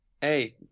hey